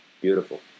Beautiful